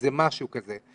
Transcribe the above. איזה משהו כזה.